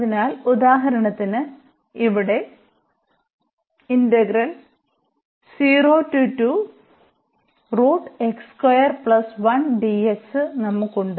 അതിനാൽ ഉദാഹരണത്തിന് ഇവിടെ നമുക്ക് ഉണ്ട്